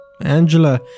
Angela